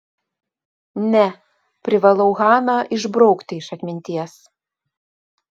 ne privalau haną išbraukti iš atminties